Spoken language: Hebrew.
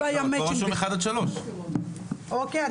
פה רשום 1 עד 3. אוקיי,